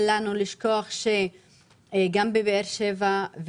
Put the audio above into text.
אל לנו לשכוח שגם בבאר שבע,